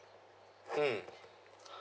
mm